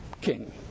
king